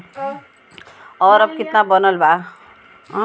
और अब कितना बनल बा?